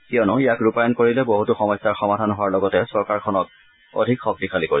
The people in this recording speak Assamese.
কিয়নো ইয়াক ৰূপায়ণ কৰিলে বহুতো সমস্যাৰ সমাধান হোৱাৰ লগতে চৰকাৰখনক অধিক শক্তিশালী কৰিব